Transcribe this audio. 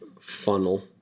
funnel